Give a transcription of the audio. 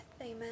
Amen